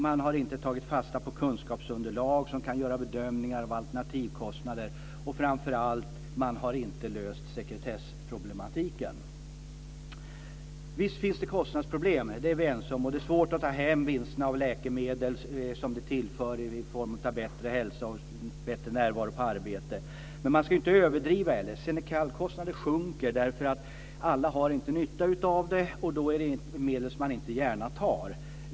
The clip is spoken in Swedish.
Man har inte tagit fasta på kunskapsunderlag som kan göra bedömningar av alternativkostnader. Framför allt har man inte löst sekretessproblematiken. Visst finns det kostnadsproblem, det är vi ense om, och det är svårt att ta hem de vinster av läkemedel som tillförs i form av bättre hälsa och högre närvaro på arbete. Men man ska inte överdriva. Xenicalkostnaden sjunker därför att alla inte har nytta av medicinen och det då inte är ett medel som man gärna tar.